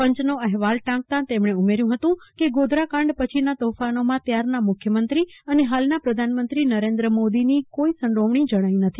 પંચનો અહેવાલ ટાંકતા તેમણે ઉમેર્યું હતું કે ગોધરા કાંડ પછીના તોફાનોમાં ત્યારના મુખ્યમંત્રી અને હાલના પ્રધાનમંત્રી નરેન્દ્ર મોદીની કોઈ સંડોવણી જણાઈ નથી